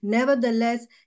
Nevertheless